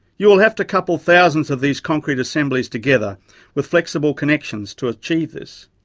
you will have to couple thousands of these concrete assemblies together with flexible connections to achieve this.